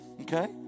okay